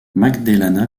magdalena